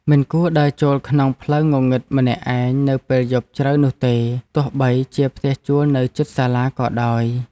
មិនគួរដើរចូលក្នុងផ្លូវងងឹតម្នាក់ឯងនៅពេលយប់ជ្រៅនោះទេ ទោះបីជាផ្ទះជួលនៅជិតសាលាក៏ដោយ។